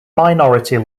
minority